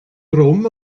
drwm